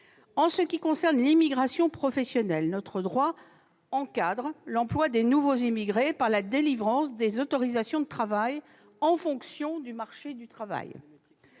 En ce qui concerne l'immigration professionnelle, notre droit encadre l'emploi des nouveaux immigrés par la délivrance des autorisations de travail en fonction de la situation